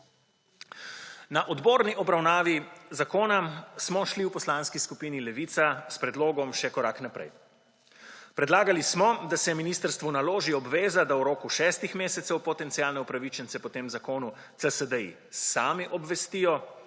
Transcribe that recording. Na odborni obravnavi zakona smo šli v Poslanski skupini Levica s predlogom še korak naprej. Predlagali smo, da se ministrstvu naloži obveza, da v roku šestih mesecev potencialne upravičence po tem zakonu CSD-ji sami obvestijo